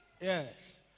Yes